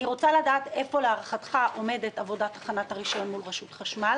אני רוצה לדעת איפה להערכתך עומדת עבודת הכנת הרישיון מול רשות החשמל,